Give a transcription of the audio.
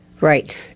Right